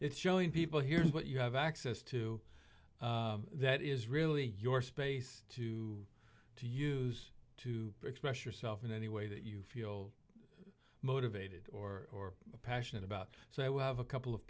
it's showing people here's what you have access to that is really your space to to use to express yourself in any way that you feel motivated or passionate about so we have a couple of